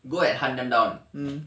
go and hunt them down